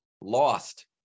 lost